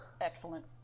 Excellent